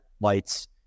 lights